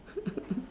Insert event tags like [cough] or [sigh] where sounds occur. [laughs]